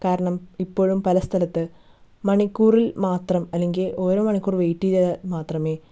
കാരണം ഇപ്പോഴും പല സ്ഥലത്ത് മണിക്കൂറിൽ മാത്രം അല്ലെങ്കിൽ ഓരോ മണിക്കൂർ വെയിറ്റ് ചെയ്താൽ മാത്രമെ